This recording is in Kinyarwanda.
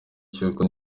cy’uko